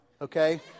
okay